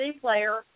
player